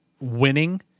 winning